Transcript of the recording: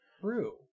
True